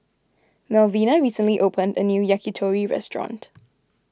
Malvina recently opened a new Yakitori restaurant